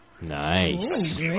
Nice